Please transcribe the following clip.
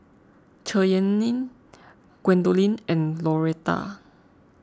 Cheyenne Gwendolyn and Loretta